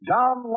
John